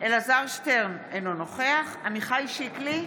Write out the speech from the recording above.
אלעזר שטרן, אינו נוכח עמיחי שיקלי,